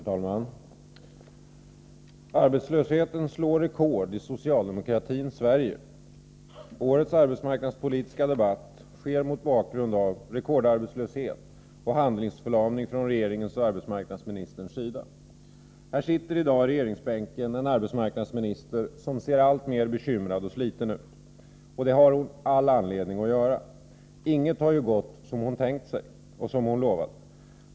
Herr talman! Arbetslösheten slår rekord i socialdemokratins Sverige. Årets arbetsmarknadspolitiska debatt sker mot bakgrund av rekordarbetslöshet och handlingsförlamning från regeringens och arbetsmarknadsministerns sida. Här sitter i dag i regeringsbänken en arbetsmarknadsminister som ser alltmer bekymrad och sliten ut, och det har hon all anledning att göra. Inget har ju gått som hon tänkt sig och som hon lovat.